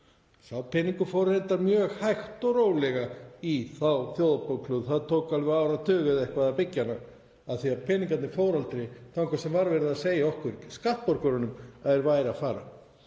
Sá peningur fór reyndar mjög hægt og rólega í þá Þjóðarbókhlöðu. Það tók alveg áratug eða eitthvað að byggja hana af því að peningarnir fóru aldrei þangað sem var verið að segja okkur skattborgurunum að þeir væru að fara.